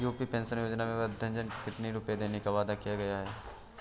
UP pension योजना में वृद्धजन को कितनी रूपये देने का वादा किया गया है?